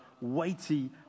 weighty